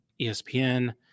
ESPN